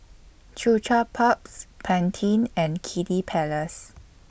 Chupa Chups Pantene and Kiddy Palace